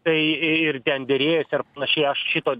tai i ten derėjosi ar panašiai aš šito